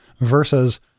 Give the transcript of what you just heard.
versus